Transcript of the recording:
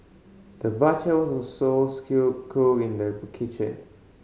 the butcher was also skilled cook in the kitchen